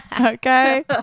Okay